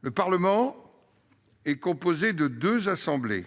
Le Parlement est composé de deux assemblées